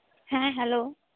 ᱦᱮᱸ ᱦᱮᱞᱳ